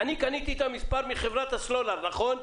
אני קניתי את המספר מחברת הסלולר, נכון?